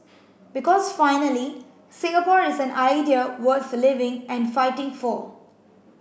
because finally Singapore is an idea worth living and fighting for